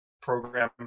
program